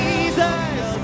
Jesus